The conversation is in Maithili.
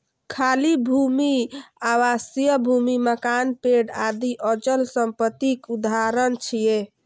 खाली भूमि, आवासीय भूमि, मकान, पेड़ आदि अचल संपत्तिक उदाहरण छियै